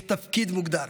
יש תפקיד מוגדר.